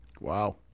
Wow